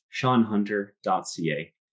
seanhunter.ca